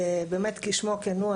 באמת כשמו כן הוא,